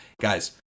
Guys